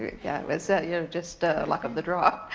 it yeah was yeah just ah luck of the draw.